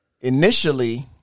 initially